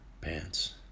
pants